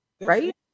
Right